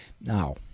Now